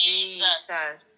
Jesus